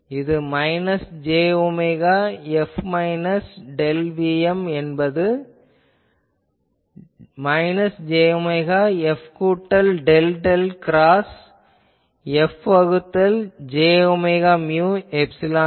இது minus j omega F minus del Vm என்பது minus j omega F கூட்டல் del del cross F வகுத்தல் j omega mu epsilon